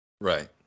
Right